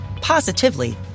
positively